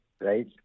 Right